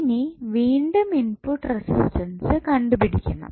ഇനി വീണ്ടും input resistance കണ്ടുപിടിക്കണം